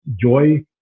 joy